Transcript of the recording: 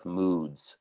moods